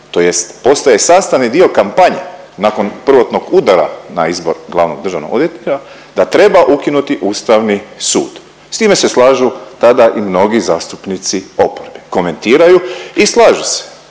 tj. postaje sastavni dio kampanje nakon prvotnog udara na izbor glavnog državnog odvjetnika da treba ukinuti Ustavi sud. S time se slažu tada i mnogi zastupnici oporbe, komentiraju i slažu se